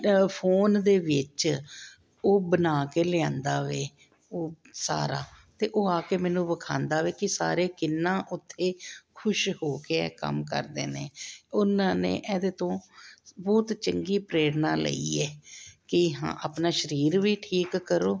phone ਦੇ ਵਿੱਚ ਉਹ ਬਣਾ ਕੇ ਲਿਆਂਦਾ ਵੇ ਉਹ ਸਾਰਾ ਅਤੇ ਉਹ ਆ ਕੇ ਮੈਨੂੰ ਵਿਖਾਂਦਾ ਵੇ ਕਿ ਸਾਰੇ ਕਿੰਨਾ ਉੱਥੇ ਖੁਸ਼ ਹੋ ਕੇ ਇਹ ਕੰਮ ਕਰਦੇ ਨੇ ਉਹਨਾਂ ਨੇ ਇਹਦੇ ਤੋਂ ਬਹੁਤ ਚੰਗੀ ਪ੍ਰੇਰਨਾ ਲਈ ਹੈ ਕਿ ਹਾਂ ਆਪਣਾ ਸਰੀਰ ਵੀ ਠੀਕ ਕਰੋ